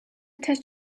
test